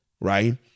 Right